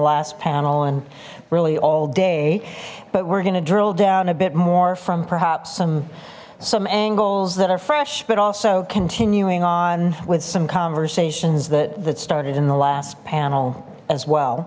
last panel and really all day but we're gonna drill down a bit more from perhaps some some angles that are fresh but also continuing on with some conversations that that started in the last panel as well